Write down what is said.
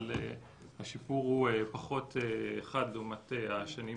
אבל השיפור הוא פחות חד מהשנים